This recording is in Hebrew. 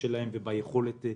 שלהם וביכולת.